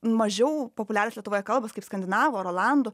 mažiau populiarios lietuvoje kalbos kaip skandinavų ar olandų